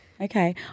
okay